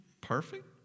perfect